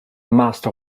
master